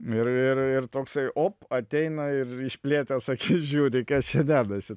ir ir ir toksai op ateina ir išplėtęs akis žiūri kas čia dedasi